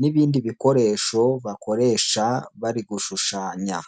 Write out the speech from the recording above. n'ibindi bikoresho bakoresha bari gushushanya.